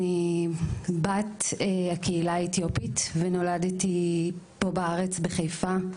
אני בת הקהילה האתיופית ונולדתי פה בארץ בחיפה,